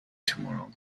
tomorrow